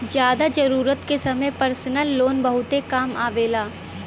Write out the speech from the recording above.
जादा जरूरत के समय परसनल लोन बहुते काम आवेला